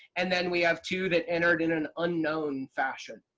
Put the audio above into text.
and then we have two that entered in an unknown fashion.